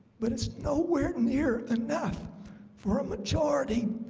but it's nowhere near enough for a majority